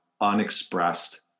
unexpressed